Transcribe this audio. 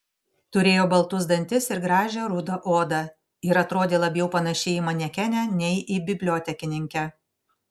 turėjo baltus dantis ir gražią rudą odą ir atrodė labiau panaši į manekenę nei į bibliotekininkę